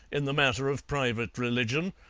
in the matter of private religion,